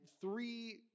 three